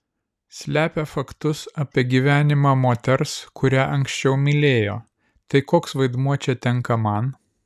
slepia faktus apie gyvenimą moters kurią anksčiau mylėjo tai koks vaidmuo čia tenka man